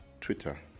Twitter